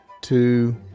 two